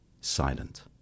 silent